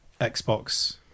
Xbox